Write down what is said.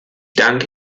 danke